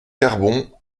carbon